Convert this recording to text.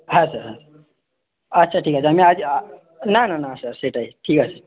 হ্যাঁ স্যার হ্যাঁ আচ্ছা ঠিক আছে আমি আজ না না না স্যার সেটাই ঠিক আছে